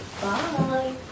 Bye